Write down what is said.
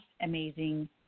amazing